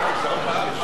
להצבעה.